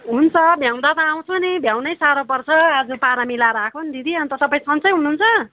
हुन्छ भ्याउँद त आउँछु नि भ्याउँनै साह्रो पर्छ आज पारा मिलाएर आएको नि दिदी अन्त तपाईँ सन्चै हुनुहुन्छ